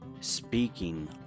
speaking